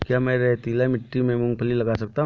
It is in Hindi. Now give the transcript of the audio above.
क्या मैं रेतीली मिट्टी में मूँगफली लगा सकता हूँ?